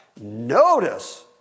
Notice